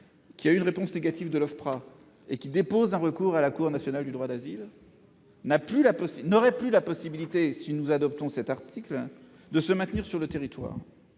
qui a reçu une réponse négative de l'OFPRA et qui dépose un recours auprès de la CNDA n'aurait plus la possibilité, si nous adoptons cet article, de se maintenir sur le territoire.